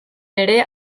ere